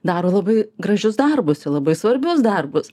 daro labai gražius darbus ir labai svarbius darbus